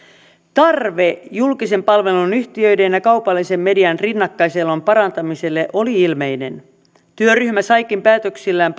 tarve julkisen palvelun yhtiöiden ja kaupallisen median rinnakkaiselon parantamiselle oli ilmeinen työryhmä saikin päätöksillään